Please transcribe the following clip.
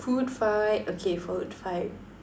food fight okay food fight